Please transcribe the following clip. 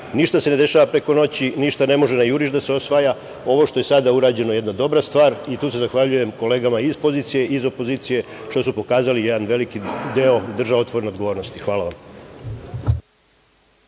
Ništa se ne dešava preko noći, ništa ne može na juriš da se osvaja. Ovo što je sada uređeno je jedna dobra stvar i tu se zahvaljujem kolegama iz pozicije i iz opozicije što su pokazali jedan veliki deo državotvorne odgovornosti. Hvala.